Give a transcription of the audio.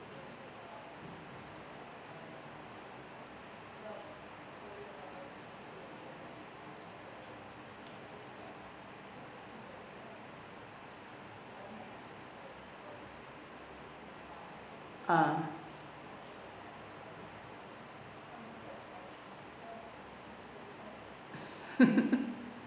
uh